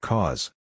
Cause